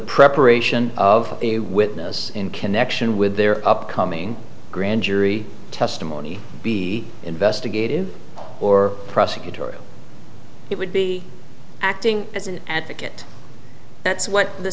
preparation of a witness in connection with their upcoming grand jury testimony be investigative or prosecutorial it would be acting as an advocate that's what the